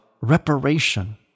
reparation